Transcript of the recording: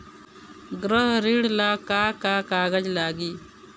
गृह ऋण ला का का कागज लागी?